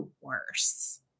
worse